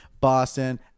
Boston